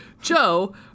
Joe